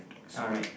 alright